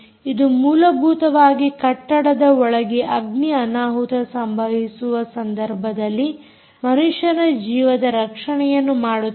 ಇದು ಮೂಲಭೂತವಾಗಿ ಕಟ್ಟಡದ ಒಳಗೆ ಅಗ್ನಿ ಅನಾಹುತ ಸಂಭವಿಸುವ ಸಂದರ್ಭದಲ್ಲಿ ಮನುಷ್ಯನ ಜೀವದ ರಕ್ಷಣೆಯನ್ನು ಮಾಡುತ್ತದೆ